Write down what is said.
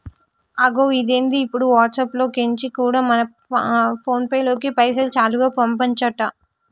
అగొ ఇదేంది ఇప్పుడు వాట్సాప్ లో కెంచి కూడా మన ఫోన్ పేలోకి పైసలు చాలా సులువుగా పంపచంట